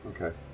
Okay